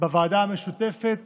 בוועדה המשותפת